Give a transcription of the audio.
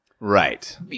Right